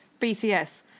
BTS